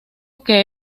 que